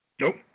Nope